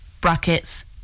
brackets